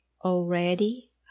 already